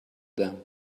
them